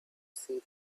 see